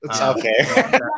Okay